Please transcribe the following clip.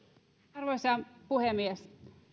arvoisa puhemies